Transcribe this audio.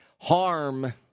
harm